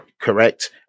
correct